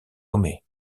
nommé